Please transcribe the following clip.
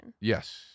Yes